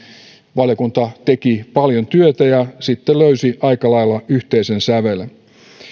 valiokunta teki paljon työtä ja sitten löysi aika lailla yhteisen sävelen